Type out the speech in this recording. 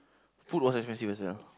food was expensive also